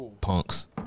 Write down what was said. Punks